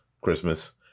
Christmas